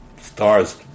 stars